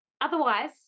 Otherwise